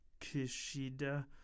kishida